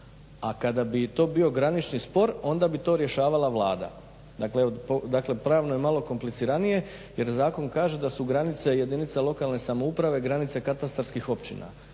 a kada bi to bio granični spor onda bi to rješavala Vlada. Dakle pravno je malo kompliciranije jer zakon kaže da su granice jedinica lokalne samouprave granice katastarskih općina,